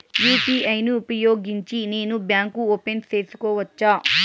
UPI ను ఉపయోగించి నేను బ్యాంకు ఓపెన్ సేసుకోవచ్చా?